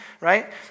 right